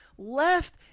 Left